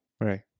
Right